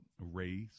race